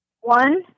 One